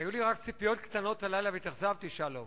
היו לי רק ציפיות קטנות הלילה, והתאכזבתי, שלום.